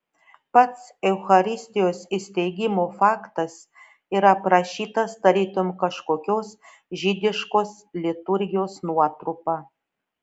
pats eucharistijos įsteigimo faktas yra aprašytas tarytum kažkokios žydiškos liturgijos nuotrupa